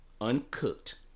uncooked